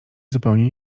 zupełnie